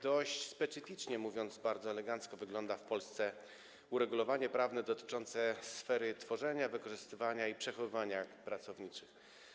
Dość specyficznie, mówiąc bardzo elegancko, wygląda w Polsce uregulowanie prawne dotyczące sfery tworzenia, wykorzystywania i przechowywania akt pracowniczych.